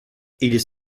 ils